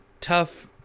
tough